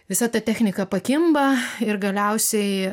visa ta technika pakimba ir galiausiai